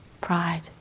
pride